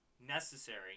Necessary